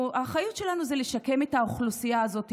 האחריות שלנו היא לשקם את האוכלוסייה הזאת,